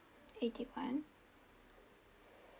eighty one